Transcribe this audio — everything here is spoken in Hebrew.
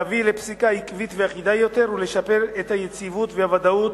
להביא לפסיקה עקבית ואחידה יותר ולשפר את היציבות והוודאות